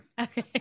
Okay